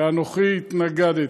ואנוכי התנגדתי.